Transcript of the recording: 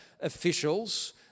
officials